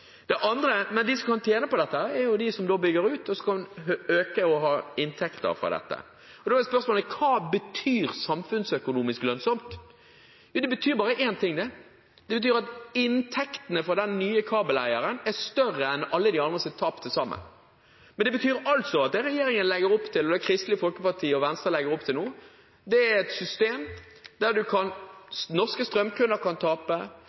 De som kan tjene på dette, er de som bygger ut, og som får økte inntekter av dette. Da er spørsmålet: Hva betyr «samfunnsøkonomisk lønnsomt»? Jo, det betyr bare én ting, og det er at inntektene fra den nye kabeleieren er større enn alle de andres tap til sammen. Det betyr at det regjeringen, Kristelig Folkeparti og Venstre legger opp til nå, er et system der norske strømkunder kan tape,